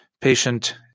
patient